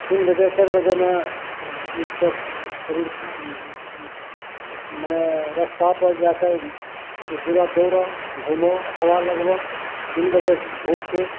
तीन बजे चार बजेमे उठिके शरीर मने रास्तापर जाके किछु दूरा दौड़ऽ घूमऽ हवा लगबऽ तीन बजे भोरके